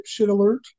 alert